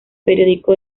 periódico